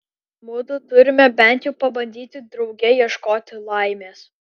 mudu turime bent jau pabandyti drauge ieškoti laimės